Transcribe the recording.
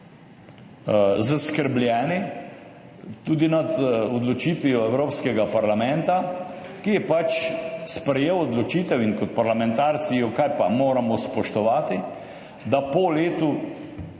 zaskrbljeni tudi nad odločitvijo Evropskega parlamenta, ki je sprejel odločitev in kot parlamentarci jo kajpada moramo spoštovati, da po letu